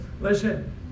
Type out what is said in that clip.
listen